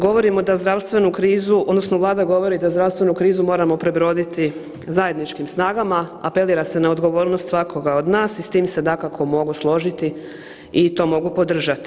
Govorimo da zdravstvenu krizu, odnosno Vlada govori da zdravstvenu krizu moramo prebroditi zajedničkim snagama, apelira se na odgovornost svakoga od nas i s tim se dakako mogu složiti i to mogu podržati.